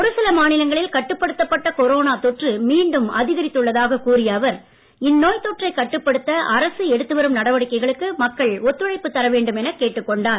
ஒரு சில மாநிலங்களில் கட்டுப்படுத்தப்பட்ட கொரோனா தொற்று மீண்டும் அதிகரித்துள்ளதாக கூறிய அவர் இந்நோய் தொற்றை கட்டுப்படுத்த அரசு எடுத்து வரும் நடவடிக்கைகளுக்கு மக்கள் ஒத்துழைப்பு தர வேண்டும் என கேட்டுக் கொண்டார்